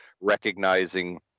recognizing